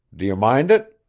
do you mind it?